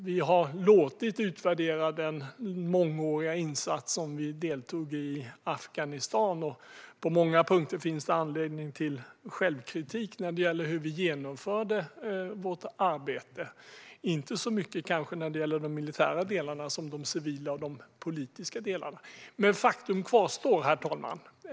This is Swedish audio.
Vi har låtit utvärdera den mångåriga insats som vi deltog i i Afghanistan, och på många punkter finns det anledning till självkritik när det gäller hur vi genomförde vårt arbete - inte så mycket kanske när det gäller de militära delarna som de civila och de politiska delarna. Men faktum kvarstår, herr talman.